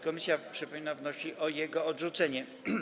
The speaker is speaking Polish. Komisja, przypominam, wnosi o jego odrzucenie.